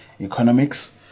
economics